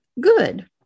good